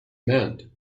meant